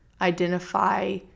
identify